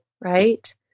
right